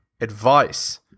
advice